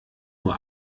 nur